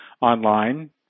online